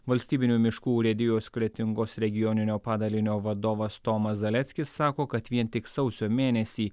valstybinių miškų urėdijos kretingos regioninio padalinio vadovas tomas zaleckis sako kad vien tik sausio mėnesį